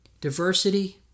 diversity